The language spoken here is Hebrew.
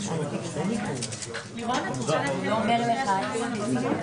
באתם וקבעתם שאם יש שלושה --- אני אומר לאדוני מה קורה